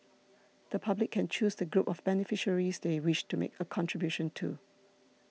the public can choose the group of beneficiaries they wish to make a contribution to